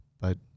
but-